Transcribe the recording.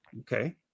Okay